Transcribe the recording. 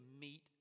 meet